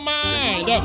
mind